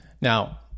Now